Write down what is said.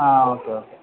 ആ okay okay